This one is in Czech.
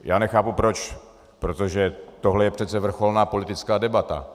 Já nechápu proč, protože tohle je přece vrcholná politická debata.